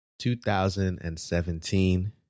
2017